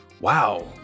Wow